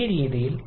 കൈമാറ്റ പ്രക്രിയ